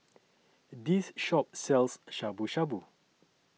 This Shop sells Shabu Shabu